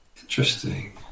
Interesting